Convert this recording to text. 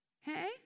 Hey